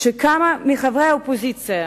שכמה מחברי האופוזיציה